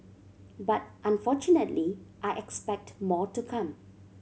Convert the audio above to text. but unfortunately I expect more to come